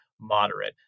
moderate